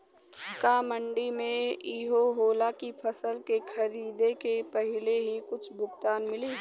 का मंडी में इहो होला की फसल के खरीदे के पहिले ही कुछ भुगतान मिले?